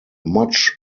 much